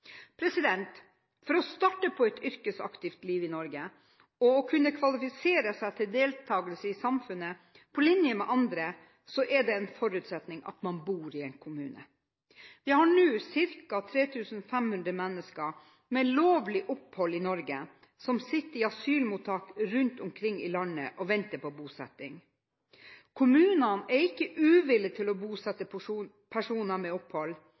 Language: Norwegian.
vent. For å starte på et yrkesaktivt liv i Norge og for å kunne kvalifisere seg til deltakelse i samfunnet på linje med andre er det en forutsetning at man bor i en kommune. Vi har nå ca. 3 500 mennesker med lovlig opphold i Norge som sitter i asylmottak rundt omkring i landet og venter på bosetting. Kommunene er ikke uvillige til å bosette personer med opphold,